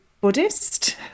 buddhist